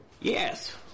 Yes